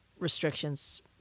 restrictions